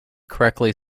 correctly